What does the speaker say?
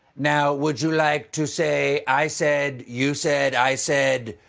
now, would you like to say i said, you said, i said,